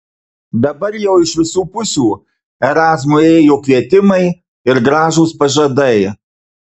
dabar jau iš visų pusių erazmui ėjo kvietimai ir gražūs pažadai